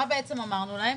מה בעצם אמרנו להם?